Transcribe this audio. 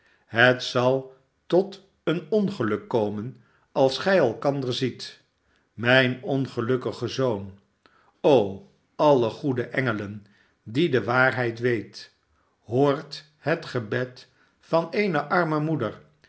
het zal tot een ongeluk komen als gij elkander ziet mijn ongelukkige zoon o alle goede engelen die de waarheid weet hoort het gebed van eene arme moeder